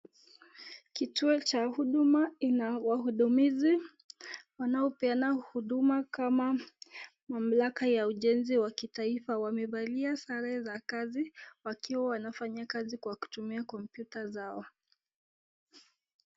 Kituo cha huduma ina wahudumizi wanaopeana huduma kama mamlaka ya ujenzi wa kitaifa, wamevalia sare za kazi wakiwa wanafanyakazi kwa kutumia (cs) computer (cs) zao.